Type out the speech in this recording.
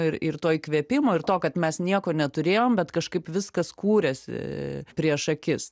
ir ir to įkvėpimo ir to kad mes nieko neturėjom bet kažkaip viskas kūrėsi prieš akis